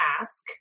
ask